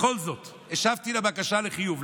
בכל זאת השבתי על הבקשה בחיוב.